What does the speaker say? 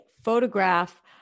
photograph